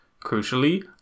Crucially